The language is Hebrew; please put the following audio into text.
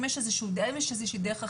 אם יש איזו שהיא דרך אחרת.